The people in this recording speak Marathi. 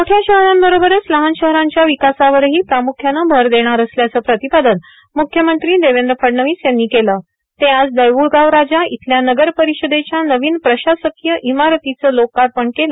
मोठ्या शहरांबरोबरच लहान शहरांच्या विकासासाठी प्राम्ख्यानं भर देणार असल्याचं प्रतिपादन म्ख्यमंत्री देवेंद्र फडणवीस यांनी आज देऊळगावराजा इथल्या नगर परिषदेच्या नवीन प्रशासकीय इमारतीचं लोकार्पण केलं